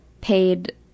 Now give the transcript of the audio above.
paid